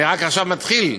אני רק עכשיו מתחיל.